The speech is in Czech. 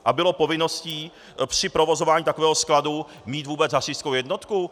A bylo povinností při provozování takového skladu mít vůbec hasičskou jednotku?